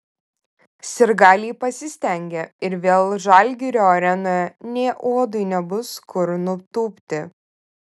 sirgaliai pasistengė ir vėl žalgirio arenoje nė uodui nebus kur nutūpti